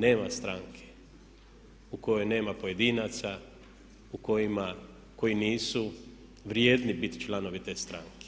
Nema stranke u kojoj nema pojedinaca koji nisu vrijedni bit članovi te stranke